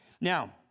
Now